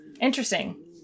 Interesting